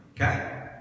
Okay